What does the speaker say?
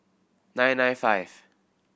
nine nine five